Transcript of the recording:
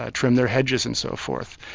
ah trim their hedges and so forth.